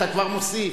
אתה כבר מוסיף?